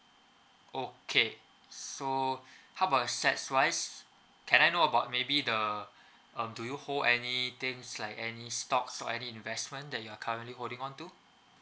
okay so how about assets wise can I know about maybe the um do you hold any things like any stocks or any investment that you are currently holding on to